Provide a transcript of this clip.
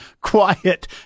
quiet